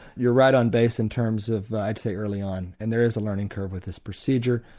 you're right on base in terms of i'd say early on, and there is a learning curve with this procedure.